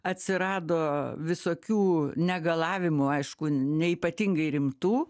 atsirado visokių negalavimų aišku ne ypatingai rimtų